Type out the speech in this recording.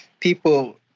people